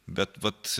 bet vat